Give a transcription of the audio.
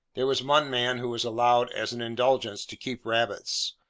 there was one man who was allowed, as an indulgence, to keep rabbits.